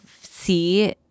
see